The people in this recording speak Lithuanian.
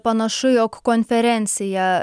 panašu jog konferencija